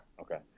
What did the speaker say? okay